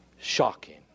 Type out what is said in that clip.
shocking